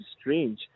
strange